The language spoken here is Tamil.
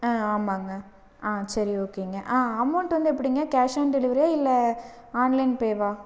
ஆ ஆமாங்க ஆ சரி ஓகேங்க அமௌன்ட் வந்து எப்படிங்க கேஷ் ஆன் டெலிவரியா இல்லை ஆன்லைன் பேவா